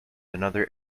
another